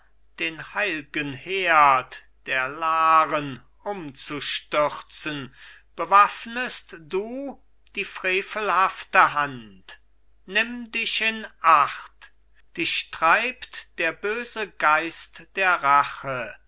den heilgen herd der laren umzustürzen bewaffnest du die frevelhafte hand nimm dich in acht dich treibt der böse geist der rache